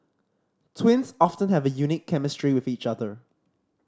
twins often have a unique chemistry with each other